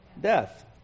death